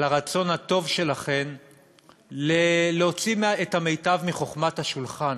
על הרצון הטוב שלכן להוציא את המיטב מחוכמת השולחן,